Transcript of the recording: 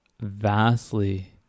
vastly